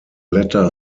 letter